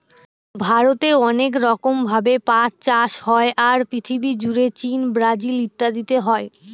ভারতে অনেক রকম ভাবে পাট চাষ হয়, আর পৃথিবী জুড়ে চীন, ব্রাজিল ইত্যাদিতে হয়